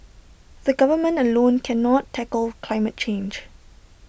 the government alone cannot tackle climate change